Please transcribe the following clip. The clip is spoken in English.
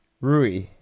Rui